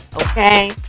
okay